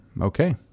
Okay